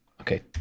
okay